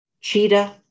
cheetah